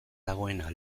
dagoena